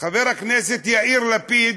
חבר הכנסת יאיר לפיד,